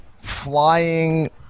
flying